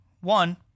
One